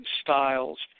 styles